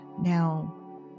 Now